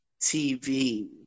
TV